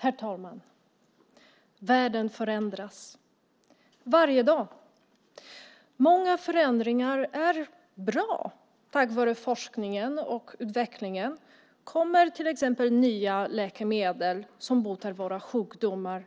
Herr talman! Världen förändras varje dag. Många förändringar är bra. Tack vare forskningen och utvecklingen kommer till exempel nya läkemedel som botar våra sjukdomar,